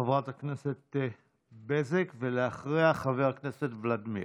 חברת הכנסת בזק, ואחריה, חבר הכנסת ולדימיר.